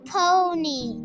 pony